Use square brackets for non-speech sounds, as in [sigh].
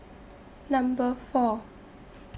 Number four [noise]